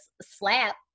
slap